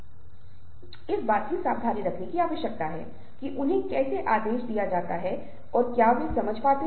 ये संस्कृति और संदर्भ के साथ या अलग अलग चीजों को बनाने के लिए अलग अलग हैं अलग अलग संस्कृति में एक ही संकेत का मतलब अलग अलग हो सकता हैं